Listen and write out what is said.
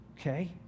Okay